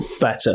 better